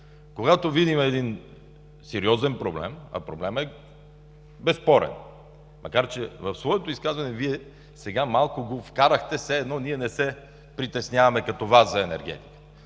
когато видим един сериозен проблем, а проблемът е безспорен, макар че в своето изказване Вие сега малко го вкарахте, все едно ние не се притесняваме като Вас за енергетиката,